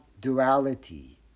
duality